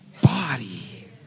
body